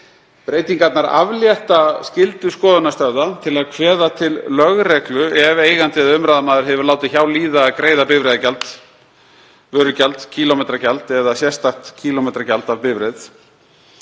Breytingarnar aflétta skyldu skoðunarstöðva til að kveðja til lögreglu ef eigandi eða umráðamaður hefur látið hjá líða að greiða bifreiðagjald, vörugjald, kílómetragjald eða sérstakt kílómetragjald af bifreiðinni.